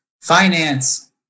Finance